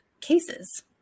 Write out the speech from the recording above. cases